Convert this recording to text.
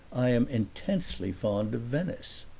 i am intensely fond of venice.